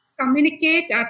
communicate